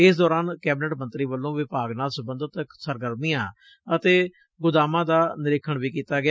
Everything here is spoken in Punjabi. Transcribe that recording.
ਇਸ ਦੌਰਾਨ ਕੈਬਨਿਟ ਮੰਤਰੀ ਵੱਲੋਂ ਵਿਭਾਗ ਨਾਲ ਸਬੰਧਿਤ ਸਰਗਰਮੀਆਂ ਅਤੇ ਗੋਦਾਮਾਂ ਦਾ ਨਿਰੀਖਣ ਵੀ ਕੀਤਾ ਗਿਆ